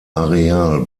areal